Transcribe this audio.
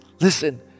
Listen